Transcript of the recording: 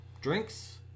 drinks